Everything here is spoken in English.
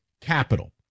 capital